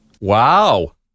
Wow